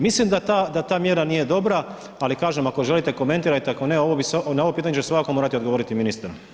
Mislim da ta mjera nije dobra, ali kažem ako želite komentirajte, ako ne, na ovo pitanje će svakako morati odgovoriti ministar.